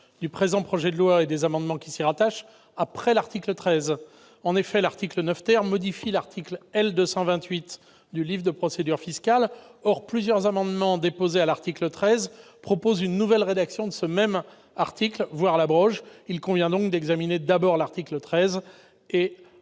du présent projet de loi, et des amendements qui s'y rattachent, jusqu'après l'article 13. En effet, l'article 9 modifie l'article L. 228 du livre des procédures fiscales. Or plusieurs amendements déposés à l'article 13 tendent à proposer une nouvelle rédaction de ce même article, voire à l'abroger. Aussi convient-il d'examiner l'article 13